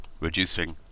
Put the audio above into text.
reducing